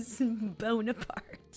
Bonaparte